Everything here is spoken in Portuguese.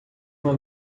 uma